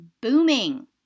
booming